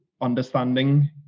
understanding